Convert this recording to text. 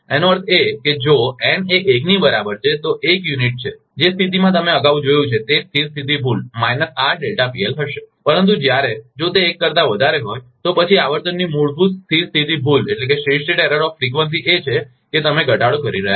આનો અર્થ એ કે જો n એ 1 ની બરાબર છે તો તે એક યુનિટ છે જે સ્થિતિમાં તમે અગાઉ જોયું છે તે સ્થિર સ્થિતી ભૂલ હશે પરંતુ જ્યારે જો તે એક કરતા વધારે હોય તો પછી આવર્તનની મૂળભૂત સ્થિર સ્થિતી ભૂલ એ છે કે તમે ઘટાડો કરી રહ્યાં છો